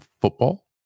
football